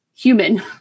human